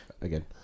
Again